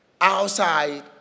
outside